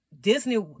disney